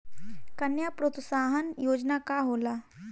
कन्या प्रोत्साहन योजना का होला?